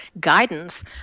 guidance